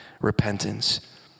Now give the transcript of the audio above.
repentance